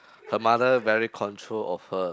her mother very control of her